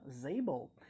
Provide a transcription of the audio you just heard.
Zabel